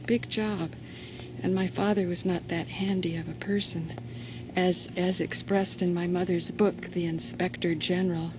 a big job and my father was not that handy of a person as as expressed in my mother's book the inspector general